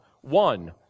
one